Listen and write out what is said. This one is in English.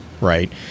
right